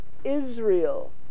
Israel